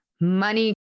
money